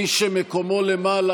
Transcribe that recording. מי שמקומו למעלה,